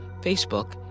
Facebook